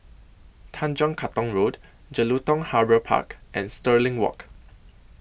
Tanjong Katong Road Jelutung Harbour Park and Stirling Walk